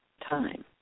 time